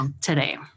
today